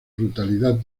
brutalidad